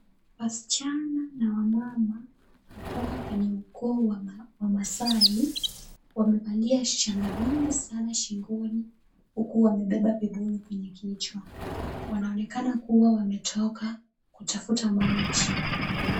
Wasichana na wamama kutoka kwenye ukoo wa Maasai wamevalia shanga mingi sana shingoni huku wamebeba vibuyu kwenye kichwa. Wanaonekana kuwa wametoka kutafuta maji.